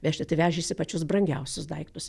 vežti tai vežėsi pačius brangiausius daiktus